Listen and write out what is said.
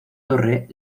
torre